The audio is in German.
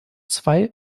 zwei